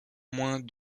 moins